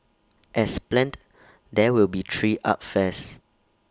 as planned there will be three art fairs